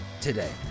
today